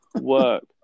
work